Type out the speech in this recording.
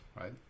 right